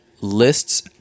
lists